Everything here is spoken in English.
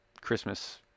Christmas